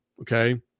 okay